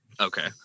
Okay